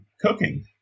cooking